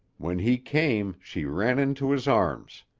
when he came, she ran into his arms.